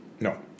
No